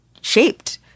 shaped